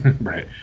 Right